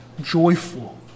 joyful